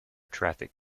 traffic